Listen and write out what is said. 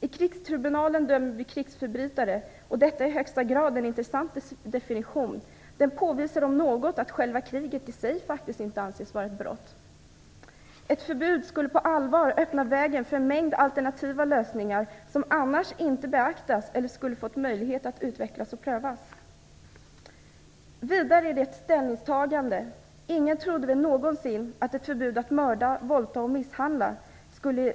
I krigstribunalen dömer vi krigsförbrytare, och detta är i högsta grad en intressant definition; den påvisar om något att själva kriget i sig faktiskt inte anses vara ett brott! Ett förbud skulle på allvar öppna vägen för en mängd alternativa lösningar, som annars inte beaktas eller skulle fått möjlighet att utvecklas och prövas. Vidare är det ett ställningstagande: ingen trodde väl någonsin att ett förbud mot att mörda, våldta och misshandla skulle